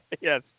Yes